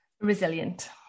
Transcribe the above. Resilient